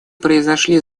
произошли